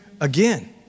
again